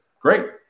great